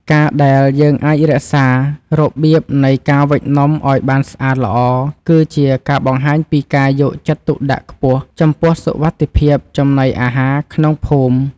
ការដែលយើងអាចរក្សារបៀបនៃការវេចនំឱ្យបានស្អាតល្អគឺជាការបង្ហាញពីការយកចិត្តទុកដាក់ខ្ពស់ចំពោះសុវត្ថិភាពចំណីអាហារក្នុងភូមិ។